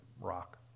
rock